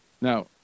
Now